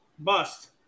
Bust